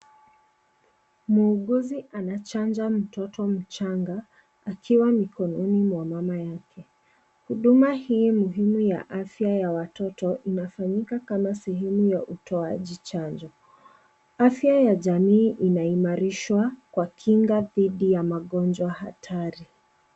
Muuguzi anachanja mtoto mchanga akiwa mikononi mwa mama yake. Huduma hii muhimu ya afya ya watoto, inafanyika kama sehemu ya utoaji chanjo. Afya ya jamii inaimarishwa kwa kinga dhidi ya magonjwa hatari.